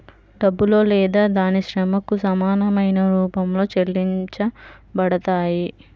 డబ్బులో లేదా దాని శ్రమకు సమానమైన రూపంలో చెల్లించబడతాయి